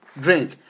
drink